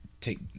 take